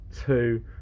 two